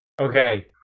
Okay